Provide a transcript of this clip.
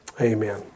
amen